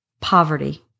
poverty